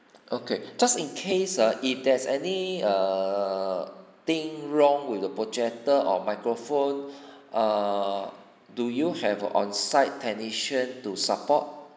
okay just in case ah if there's any err thing wrong with the projector or microphone err do you have on site technician to support